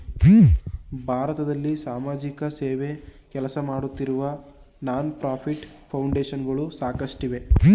ಭಾರತದಲ್ಲಿ ಸಮಾಜಸೇವೆ ಕೆಲಸಮಾಡುತ್ತಿರುವ ನಾನ್ ಪ್ರಫಿಟ್ ಫೌಂಡೇಶನ್ ಗಳು ಸಾಕಷ್ಟಿವೆ